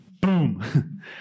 Boom